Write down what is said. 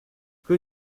que